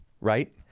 right